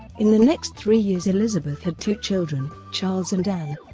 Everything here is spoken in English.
in the next three years elizabeth had two children, charles and anne,